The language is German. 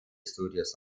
studios